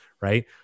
right